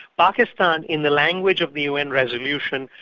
pakistan, in the language of the un resolution,